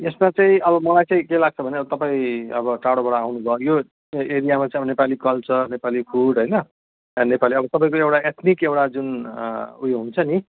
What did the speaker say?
यसमा चाहिँ अब मलाई चाहिँ के लाग्छ भने अब तपाईँ अब टाढोबाट आउनु भयो यो चाहिँ एरियामा चाहिँ अब नेपाली कल्चर नेपाली फुड होइन नेपाली तपाईँको एउटा एथनिक एउटा जुन उयो हुन्छ नि